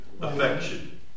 Affection